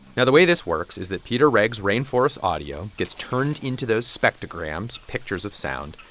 now, the way this works is that peter wrege's rainforest audio gets turned into those spectrograms, pictures of sound.